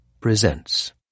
presents